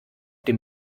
dem